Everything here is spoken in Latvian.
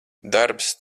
darbs